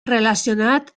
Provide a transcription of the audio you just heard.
relacionat